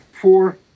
four